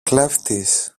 κλέφτης